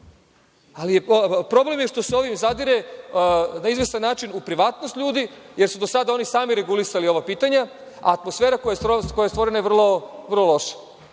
problem je što se ovim zadire na izvestan način u privatnost ljudi, jer su do sada oni sami regulisali ova pitanja, a atmosfera koja je stvorena je vrlo loša. Što